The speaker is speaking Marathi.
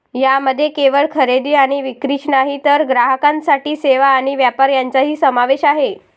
यामध्ये केवळ खरेदी आणि विक्रीच नाही तर ग्राहकांसाठी सेवा आणि व्यापार यांचाही समावेश आहे